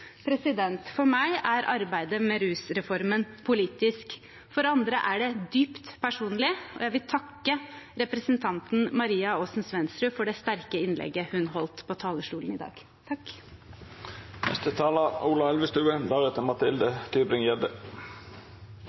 For meg er arbeidet med rusreformen politisk. For andre er det dypt personlig. Jeg vil takke representanten Maria Aasen-Svensrud for det sterke innlegget hun holdt på talerstolen i dag.